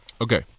okay